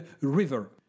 River